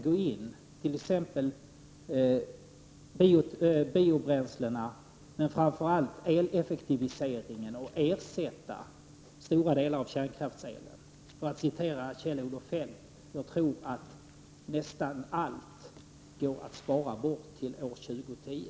Det gäller t.ex. biobränslen, men framför allt eleffektivisering för att man skall kunna ersätta stora delar av kärnkraftselen. Som Kjell-Olof Feldt sade: Jag tror att nästan allt går att spara bort till år 2010.